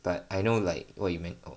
but I know like what you make